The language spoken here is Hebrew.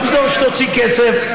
מה פתאום שתוציא כסף?